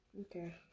Okay